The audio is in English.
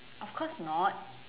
of course not